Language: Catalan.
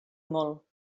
molt